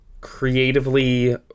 creatively